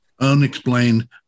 unexplained